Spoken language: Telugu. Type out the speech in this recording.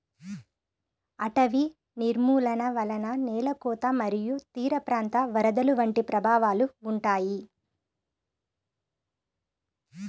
అటవీ నిర్మూలన వలన నేల కోత మరియు తీరప్రాంత వరదలు వంటి ప్రభావాలు ఉంటాయి